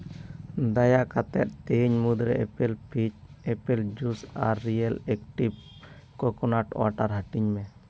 ᱫᱟᱭᱟ ᱠᱟᱛᱮ ᱛᱮᱦᱮᱧ ᱢᱩᱫᱽᱨᱮ ᱮᱯᱯᱮᱞ ᱯᱷᱤᱡᱽ ᱟᱨ ᱮᱯᱯᱮᱞ ᱡᱩᱥ ᱟᱨ ᱨᱤᱭᱮᱞ ᱮᱠᱴᱤᱵᱽ ᱠᱚᱠᱳᱱᱟᱴ ᱳᱣᱟᱴᱟᱨ ᱦᱟᱹᱴᱤᱧ ᱢᱮ